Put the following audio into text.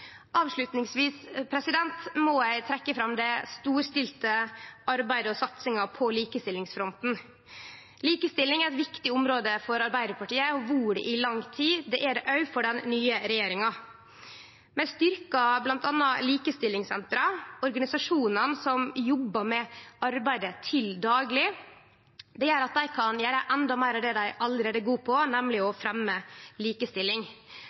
Avslutningsvis må eg trekkje fram det storstilte arbeidet og satsinga på likestillingsfronten. Likestilling er eit viktig område for Arbeidarpartiet og har vore det i lang tid. Det er det òg for den nye regjeringa. Vi styrkjer bl.a. likestillingssentera og dei organisasjonane som jobbar med arbeidet til dagleg. Det gjer at dei kan gjere endå meir av det dei allereie er gode på, nemleg å fremje likestilling.